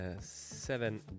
Seven